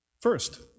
First